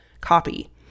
copy